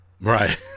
Right